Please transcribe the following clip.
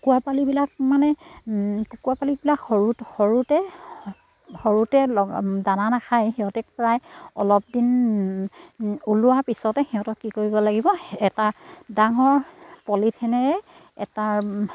কুকুৰা পোৱালিবিলাক মানে কুকুৰা পোৱালিবিলাক সৰু সৰুতে সৰুতে দানা নাখায় সিহঁতে প্ৰায় অলপ দিন ওলোৱাৰ পিছতে সিহঁতক কি কৰিব লাগিব এটা ডাঙৰ পলিথেনেৰে এটা